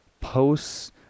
posts